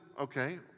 okay